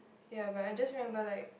ya but I just remember like